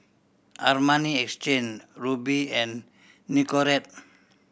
Armani Exchange Rubi and Nicorette